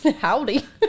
howdy